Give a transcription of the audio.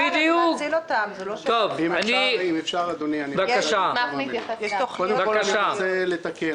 אם אפשר אדוני, קודם כל אני רוצה לתקן.